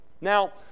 Now